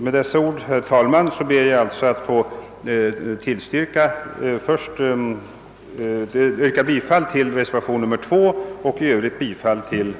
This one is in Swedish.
Med dessa ord, herr talman, ber jag att få yrka bifall till reservation II och i övrigt till